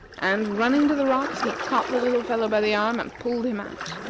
and, running to the rocks, he caught the little fellow by the arm and pulled him out.